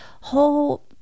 whole